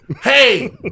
hey